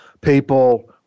people